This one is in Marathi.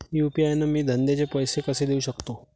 यू.पी.आय न मी धंद्याचे पैसे कसे देऊ सकतो?